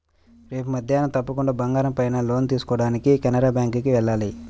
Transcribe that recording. రేపు మద్దేన్నం తప్పకుండా బంగారం పైన లోన్ తీసుకోడానికి కెనరా బ్యేంకుకి వెళ్ళాలి